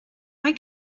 why